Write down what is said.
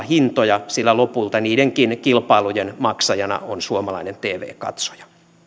hintoja sillä lopulta niidenkin kilpailujen maksajana on suomalainen tv katsoja